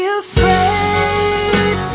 afraid